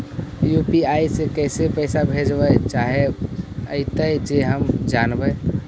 UPI से कैसे पैसा भेजबय चाहें अइतय जे हम जानबय?